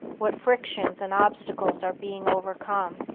what frictions and obstacles are being overcome.